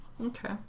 Okay